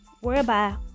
Whereby